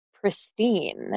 pristine